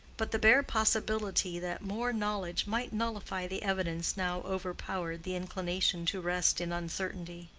but the bare possibility that more knowledge might nullify the evidence now overpowered the inclination to rest in uncertainty.